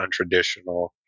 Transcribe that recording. untraditional